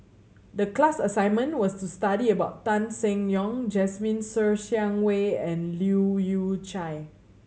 the class assignment was to study about Tan Seng Yong Jasmine Ser Xiang Wei and Leu Yew Chye